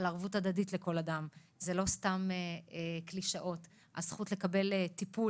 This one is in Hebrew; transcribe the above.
על ערבות הדדית לכל אדם זה לא סתם קלישאות על הזכות לקבל טיפול.